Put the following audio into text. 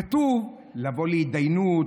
כתוב: לבוא להתדיינות,